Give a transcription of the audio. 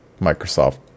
Microsoft